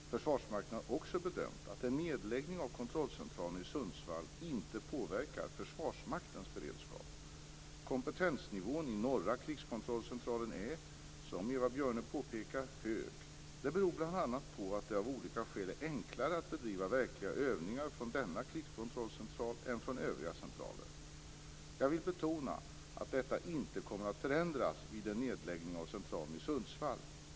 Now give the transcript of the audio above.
Försvarsmakten har också bedömt att en nedläggning av kontrollcentralen i Sundsvall inte påverkar Försvarsmaktens beredskap. Kompetensnivån i norra krigskontrollcentralen är, som Eva Björne påpekar, hög. Detta beror bl.a. på att det av olika skäl är enklare att bedriva verkliga övningar från denna krigskontrollcentral än från övriga centraler. Jag vill betona att detta inte kommer att förändras vid en nedläggning av centralen i Sundsvall.